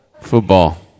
football